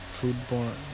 foodborne